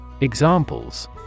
Examples